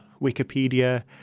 Wikipedia